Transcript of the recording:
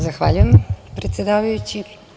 Zahvaljujem predsedavajući.